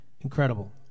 incredible